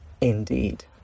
Indeed